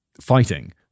fighting